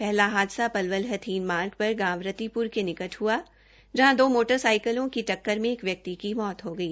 पहला हादसा पलवल हथीन मार्ग गाव रतीपुर के निकट हआ जहां दो मोटर साइकिलों की टक्कर में एक व्यक्ति की मौत हो गई